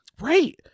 Right